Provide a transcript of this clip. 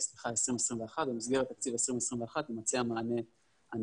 לא, ברצינות, היית מצלצל ואני מאמין שהבעיה הייתה